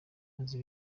maze